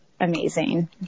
amazing